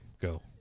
go